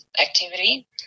activity